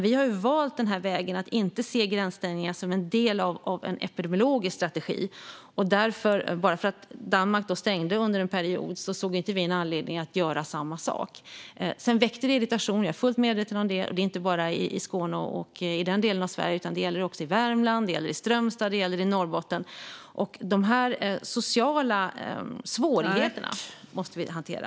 Vi har valt vägen att inte se gränsstängningar som en del av en epidemiologisk strategi. Bara för att Danmark stängde under en period såg inte vi en anledning att göra samma sak. Jag är fullt medveten om att det väckte irritation, och det är inte bara i Skåne och den delen av Sverige, utan det gäller också Värmland, Strömstad och Norrbotten. De här sociala svårigheterna måste vi hantera.